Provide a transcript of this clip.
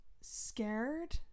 scared